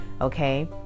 Okay